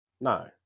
No